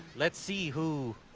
let's see who,